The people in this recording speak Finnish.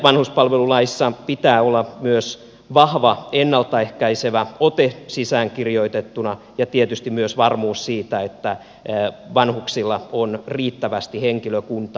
vanhuspalvelulaissa pitää olla myös vahva ennalta ehkäisevä ote sisäänkirjoitettuna ja tietysti myös varmuus siitä että vanhuksilla on riittävästi henkilökuntaa